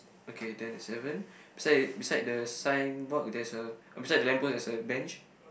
okay twenty seven beside beside the sign board there's a uh beside the lamp post there's a bench